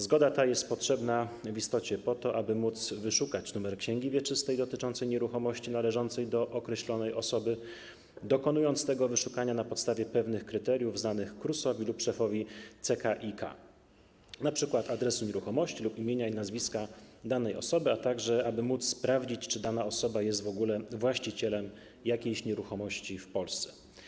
Zgoda ta jest potrzebna w istocie po to, aby móc wyszukać numer księgi wieczystej dotyczącej nieruchomości należącej do określonej osoby, dokonując tego wyszukania na podstawie pewnych kryteriów znanych KRUS-owi lub szefowi KCIK, np. adresu nieruchomości lub imienia i nazwiska danej osoby, a także aby móc sprawdzić, czy dana osoba jest w ogóle właścicielem jakiejś nieruchomości w Polsce.